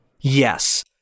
Yes